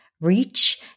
reach